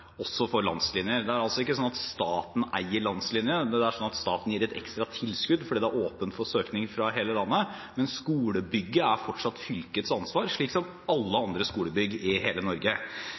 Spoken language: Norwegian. også for landslinjer. Det er altså ikke slik at staten eier landslinjene, det er slik at staten gir et ekstra tilskudd fordi det er åpent for søkning fra hele landet. Men skolebygget er fortsatt fylkets ansvar, slik som alle andre skolebygg i hele Norge.